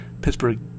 Pittsburgh